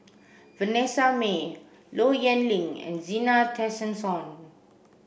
Vanessa Mae Low Yen Ling and Zena Tessensohn